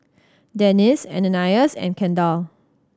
Dennis Ananias and Kendall